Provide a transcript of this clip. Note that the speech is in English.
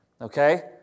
Okay